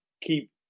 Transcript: keep